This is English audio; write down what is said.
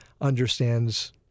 understands